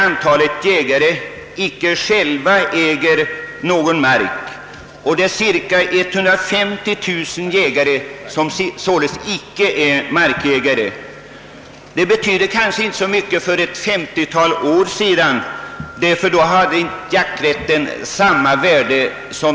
Det finns ungefär 270 000 jägare i vårt land; det är så många personer som löser jaktkort. Av dessa är cirka 120 000 markägare.